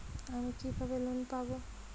আমি কিভাবে লোন পাব?